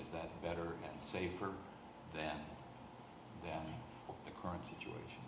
is that better and safer than the current situation